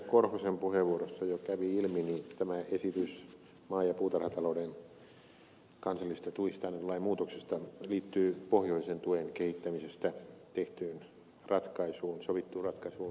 korhosen puheenvuorosta jo kävi ilmi tämä esitys maa ja puutarhatalouden kansallisista tuista annetun lain muutoksista liittyy pohjoisen tuen kehittämisestä tehtyyn ratkaisuun eun kanssa